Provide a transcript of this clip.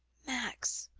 max,